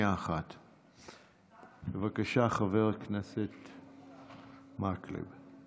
בבקשה, חבר הכנסת מקלב.